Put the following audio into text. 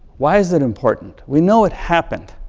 why is it important? we know it happened.